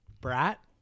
Brat